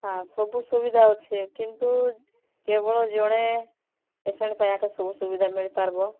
ହଁ ସବୁ ସୁବିଧା ଅଛି କିନ୍ତୁ କେବଳ ଜଣେ ପେସେଣ୍ଟ୍ ପାଇଁ ଏକା ସବୁ ସୁବିଧା ମିଳିପାରିବ